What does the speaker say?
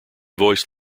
voiced